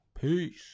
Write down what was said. Peace